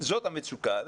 זאת המצוקה.